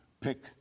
pick